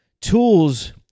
tools